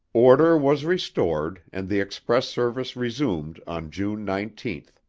order was restored and the express service resumed on june nineteen.